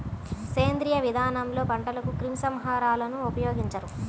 సేంద్రీయ విధానంలో పంటలకు క్రిమి సంహారకాలను ఉపయోగించరు